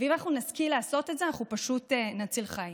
ואם אנחנו נשכיל לעשות את זה אנחנו פשוט נציל חיים.